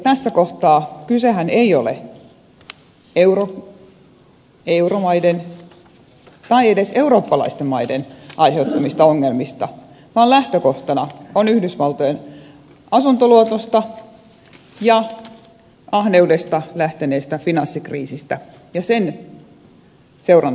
tässä kohtaa kysehän ei ole euromaiden tai edes eurooppalaisten maiden aiheuttamista ongelmista vaan lähtökohtana on yhdysvaltojen asuntoluotoista ja ahneudesta lähtenyt finanssikriisi ja sen seurannaisvaikutukset